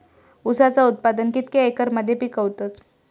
ऊसाचा उत्पादन कितक्या एकर मध्ये पिकवतत?